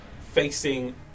facing